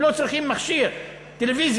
הם לא צריכים מכשיר טלוויזיה.